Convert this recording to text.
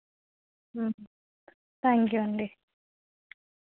thank you అండి